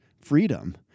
freedom